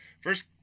First